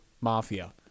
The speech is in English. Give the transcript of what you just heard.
Mafia